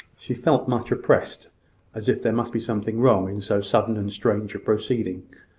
she felt much oppressed as if there must be something wrong in so sudden and strange a proceeding.